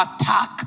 attack